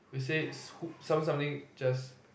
they say who seven something just